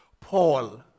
Paul